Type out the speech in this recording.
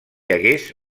hagués